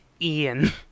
Ian